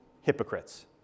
hypocrites